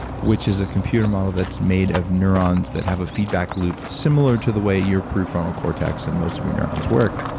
which is a computer model that's made of neurons that have a feedback loop similar to the way your prefrontal cortex and most of your neurons work,